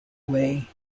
way